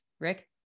Rick